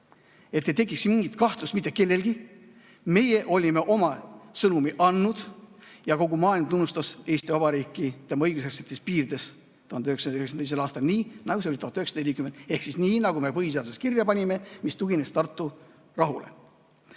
et ei tekiks mingit kahtlust mitte kellelgi. Meie olime oma sõnumi andnud ja kogu maailm tunnustas Eesti Vabariiki tema õigusjärgsetes piirides 1992. aastal nii, nagu see oli 1940 ehk siis nii, nagu me põhiseaduses kirja panime, mis tugines Tartu rahule.